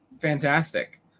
Fantastic